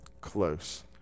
Close